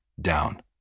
down